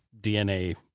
DNA